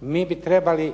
Mi bi trebali